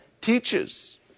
teaches